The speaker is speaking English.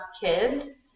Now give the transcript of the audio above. kids